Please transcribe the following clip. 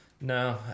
No